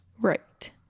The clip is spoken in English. Right